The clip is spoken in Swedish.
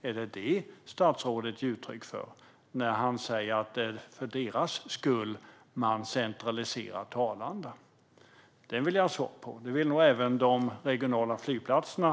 Är det detta statsrådet ger uttryck för när han säger att det är för deras skull man centraliserar till Arlanda? Detta vill jag ha svar på, och det vill nog även de regionala flygplatserna.